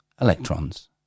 electrons